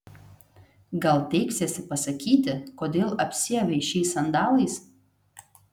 gal teiksiesi pasakyti kodėl apsiavei šiais sandalais